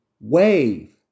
Wave